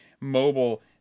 mobile